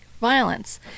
violence